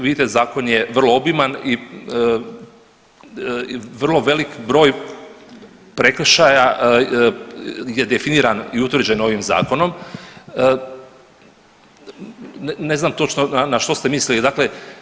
Vidite zakon je vrlo obiman i vrlo veliki broj prekršaja je definirano i utvrđeno ovim zakonom, ne znam točno na što ste mislili, dakle.